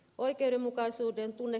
oikeudenmukaisuuden tunne